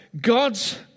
God's